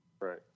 Right